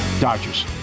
Dodgers